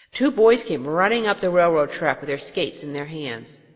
two boys came running up the railroad track with their skates in their hands.